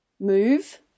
move